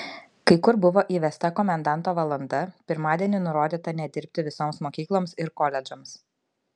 kai kur buvo įvesta komendanto valanda pirmadienį nurodyta nedirbti visoms mokykloms ir koledžams